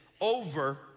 over